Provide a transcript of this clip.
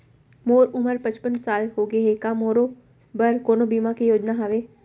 मोर उमर पचपन साल होगे हे, का मोरो बर कोनो बीमा के योजना हावे?